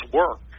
work